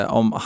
om